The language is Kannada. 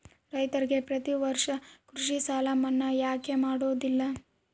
ರೈತರಿಗೆ ಪ್ರತಿ ವರ್ಷ ಕೃಷಿ ಸಾಲ ಮನ್ನಾ ಯಾಕೆ ಮಾಡೋದಿಲ್ಲ?